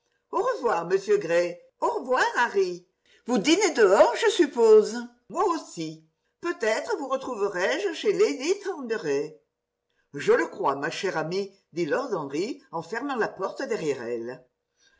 au revoir monsieur gray au revoir harry vous dînez dehors je suppose moi aussi peut-être vous retrouverai je chez lady thornbury je le crois ma chère amie dit lord henry en fermant la porte derrière elle